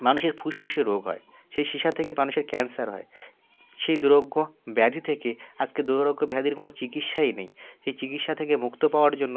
মানুষের ফুসফুসে রোগ হয় সেই সিসা থেকে মানুষের ক্যানসার হয় সেই দুরারোগ্য ব্যাধি থেকে আজকে দুরারোগ্য ব্যাধির কোনো চিকিৎসাই নেই এই চিকিৎসা থেকে মুক্তি পাওয়ার জন্য